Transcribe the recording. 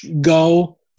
go